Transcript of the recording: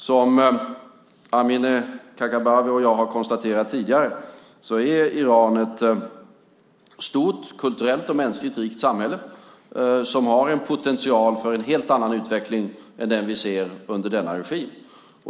Som Amineh Kakabaveh och jag har konstaterat tidigare är Iran ett stort, kulturellt och mänskligt rikt samhälle som har potential för en helt annan utveckling än den vi ser under denna regim.